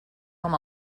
com